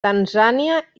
tanzània